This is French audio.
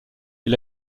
est